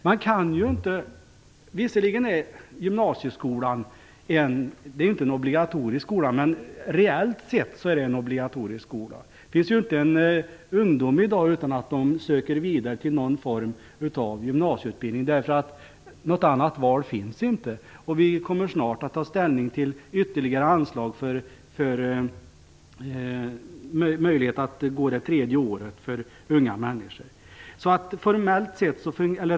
Gymnasieskolan är visserligen inte en obligatorisk skola, men reellt sett är den obligatorisk. Det finns inte någon ungdom i dag som inte söker vidare till någon form av gymnasieutbildning. Det finns inget annat val. Vi kommer snart att ta ställning till ytterligare anslag för att ge möjlighet för unga människor att genomgå det tredje gymansieåret.